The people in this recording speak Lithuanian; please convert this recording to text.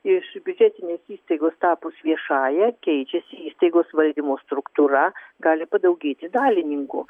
iš biudžetinės įstaigos tapus viešąja keičiasi įstaigos valdymo struktūra gali padaugėti dalininkų